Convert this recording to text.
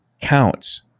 counts